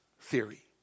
theory